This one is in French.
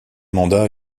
mandat